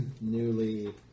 newly